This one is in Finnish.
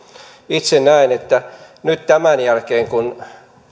itse näen että nyt tämän jälkeen kun